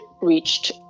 reached